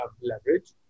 leverage